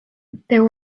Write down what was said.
there